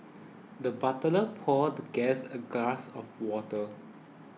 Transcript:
the butler poured the guest a glass of water